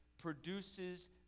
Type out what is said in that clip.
produces